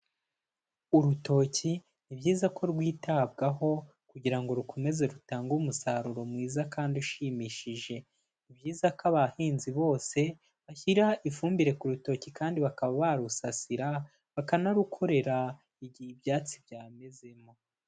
Urutoki ni byiza ko rwitabwaho kugira ngo rukomeze rutange umusaruro mwiza kandi ushimishije, ni byiza ko abahinzi bose bashyira ifumbire ku rutoki kandi bakaba barusasira bakanarukorera igihe ibyatsi byamezemo.